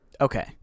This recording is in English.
Okay